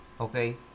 okay